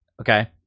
Okay